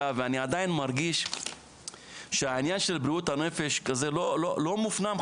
ואני עדיין מרגיש שהענין של בריאות הנפש לא מופנם,